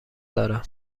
دارم